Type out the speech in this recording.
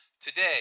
Today